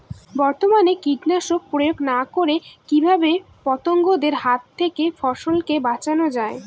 বর্তমানে কীটনাশক প্রয়োগ না করে কিভাবে পতঙ্গদের হাত থেকে ফসলকে বাঁচানো যায়?